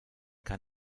kann